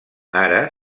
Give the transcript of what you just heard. ara